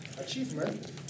achievement